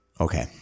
Okay